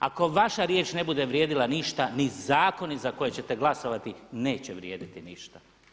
Ako vaša riječ ne bude vrijedila ništa ni zakoni za koje ćete glasovati neće vrijediti ništa.